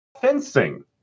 fencing